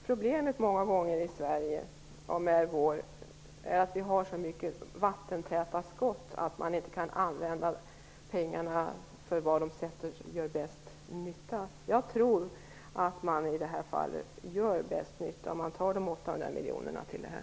Problemet i Sverige är att vi har så mycket vattentäta skott att man inte kan använda pengarna där de gör bäst nytta. Jag tror att man i det här fallet gör bäst nytta genom att ta de 800 miljonerna till det här.